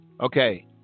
Okay